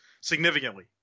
significantly